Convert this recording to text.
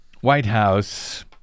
Whitehouse